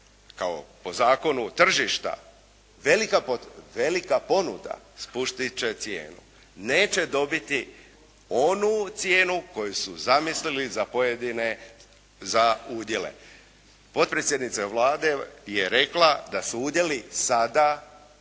kao, po zakonu tržišta velika ponuda spustit će cijenu. Neće dobiti onu cijenu koju su zamislili za pojedine, za udjele. Potpredsjednica Vlade je rekla da su udjeli sada